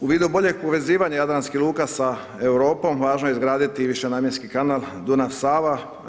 U vidu boljeg povezivanja jadranskih luka sa Europom važno je izgraditi i višenamjenski kanal Dunav-Sava.